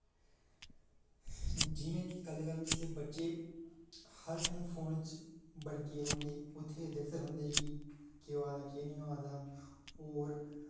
जि'यां कि गल्ल करां जिसलै बच्चे हर टाइम फोन बिच बनके रौंह्दे उत्थै दिखदे रौंह्दे कि केह् होआ दा केह् नेईं होआ दा और